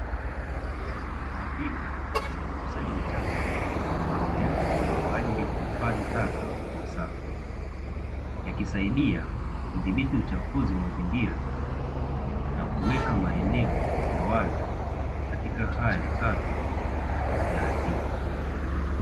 Mapipa ya kukusanya uchafu yamewekwa kwa ajili ya kuhifadhi taka kwa usafi. Yakisaidia kudhibiti uchafuzi wa mazingira, na kuweka maeneo ya wazi katika hali safi na utaratibu.